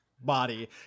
body